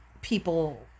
People